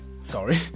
Sorry